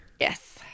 yes